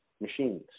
machines